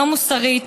לא מוסרית,